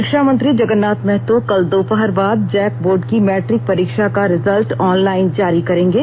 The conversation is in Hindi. शिक्षामंत्री जगन्नाथ महतो कल दोपहर बाद जैक बोर्ड की मैट्रिक परीक्षा का रिजल्ट ऑनलाईन जारी करेंगे